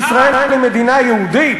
שישראל היא מדינה יהודית?